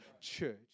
Church